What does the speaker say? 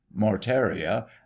mortaria